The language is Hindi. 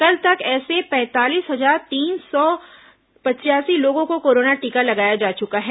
कल तक ऐसे पैंतालीस हजार तीन सौ पचायासी लोगों को कोरोना टीका लगाया जा चुका है